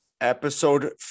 Episode